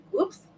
oops